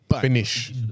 finish